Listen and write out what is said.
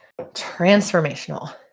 transformational